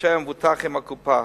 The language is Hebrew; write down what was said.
בקשרי המבוטח עם הקופה.